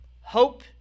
hope